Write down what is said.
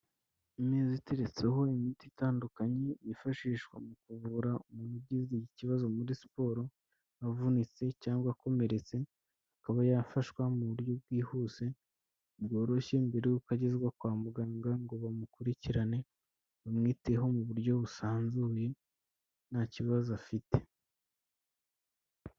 Ameza keretseho imiti itandukanye yifashishwa mu kuvura umuntu ugize ikibazo muri siporo avunitse cyangwa akomeretse akaba yafashwa mu buryo bwihuse bworoshye mbere y'uko agezwa kwa muganga ngo bamukurikirane bamwiteyeho mu buryo busanzuye nta kibazo afite.